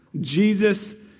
Jesus